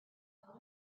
felt